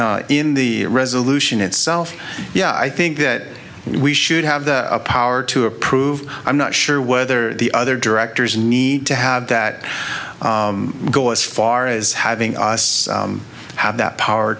in the resolution itself yeah i think that we should have the power to approve i'm not sure whether the other directors need to have that go as far as having us have that power